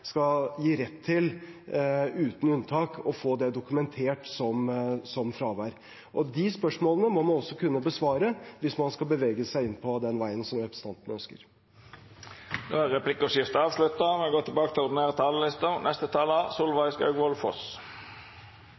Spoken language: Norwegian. skal gi elevene rett til, uten unntak, å få det dokumentert som fravær? De spørsmålene må man også kunne besvare hvis man skal bevege seg inn på den veien representanten ønsker. Replikkordskiftet er avslutta.